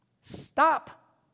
stop